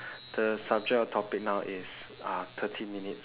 the subject of topic now is uh thirty minutes